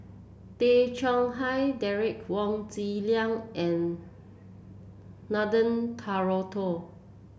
Tay Chong Hai Derek Wong Zi Liang and Nathan Hartono